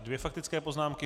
Dvě faktické poznámky.